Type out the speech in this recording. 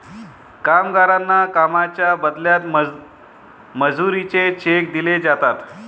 कामगारांना कामाच्या बदल्यात मजुरीचे चेक दिले जातात